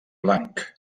blanc